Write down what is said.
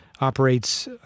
operates